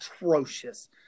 atrocious